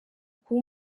kuba